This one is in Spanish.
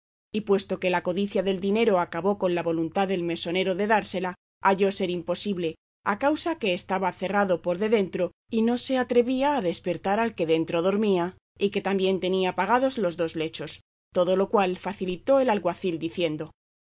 y puesto que la codicia del dinero acabó con la voluntad del mesonero de dársela halló ser imposible a causa que estaba cerrado por de dentro y no se atrevía a despertar al que dentro dormía y que también tenía pagados los dos lechos todo lo cual facilitó el alguacil diciendo